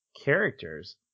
characters